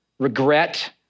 regret